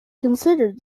considered